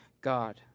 God